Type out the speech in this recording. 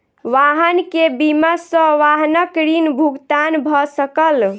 वाहन के बीमा सॅ वाहनक ऋण भुगतान भ सकल